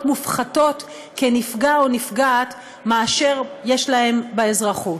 מופחתות כנפגע או כנפגעת לעומת מה שיש להם באזרחות.